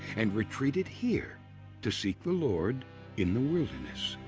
and retreated here to seek the lord in the wilderness.